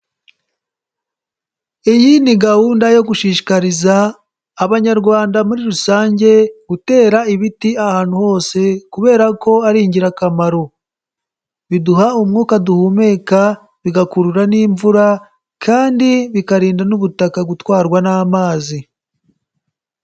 Iyi ni gahunda yo gushishikariza Abanyarwanda muri rusange, gutera ibiti ahantu hose, kubera ko ari ingirakamaro, biduha umwuka duhumeka, bigakurura n'imvura, kandi bikarinda n'ubutaka gutwarwa n'amazi.